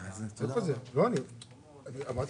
לא קשור